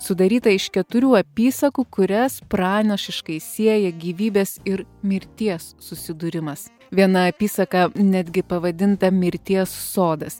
sudaryta iš keturių apysakų kurias pranašiškai sieja gyvybės ir mirties susidūrimas viena apysaka netgi pavadinta mirties sodas